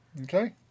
Okay